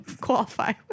qualify